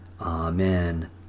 Amen